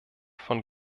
von